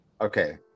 Okay